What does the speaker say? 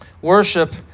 Worship